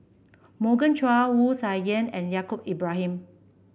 Morgan Chua Wu Tsai Yen and Yaacob Ibrahim